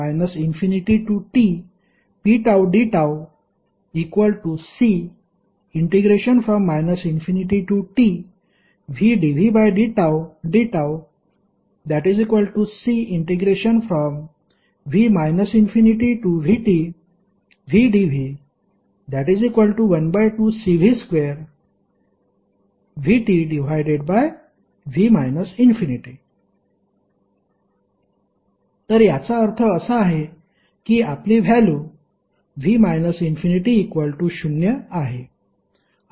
w ∞tpdτC ∞tvdvdτdτCv ∞vtvdv12Cv2।vtv ∞ तर याचा अर्थ असा आहे की आपली व्हॅल्यु v ∞0 आहे